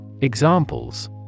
Examples